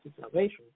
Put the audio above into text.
salvation